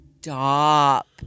Stop